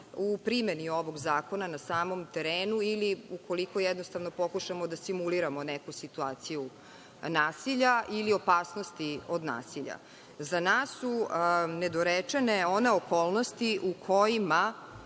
u primeni ovog zakona na samom terenu i ukoliko jednostavno pokušamo da simuliramo neku situaciju nasilja ili opasnosti od nasilja.Za nas su nedorečene one okolnosti u kojima